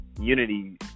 unity